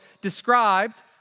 described